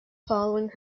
following